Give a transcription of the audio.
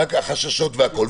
החששות והכול.